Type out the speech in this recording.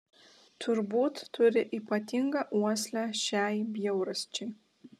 turbūt turi ypatingą uoslę šiai bjaurasčiai